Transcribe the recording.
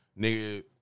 nigga